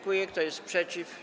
Kto jest przeciw?